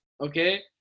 okay